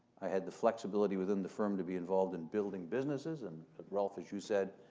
i had the flexibility within the firm to be involved in building businesses and ralph, as you said,